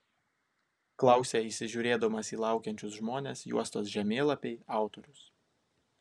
klausia įsižiūrėdamas į laukiančius žmones juostos žemėlapiai autorius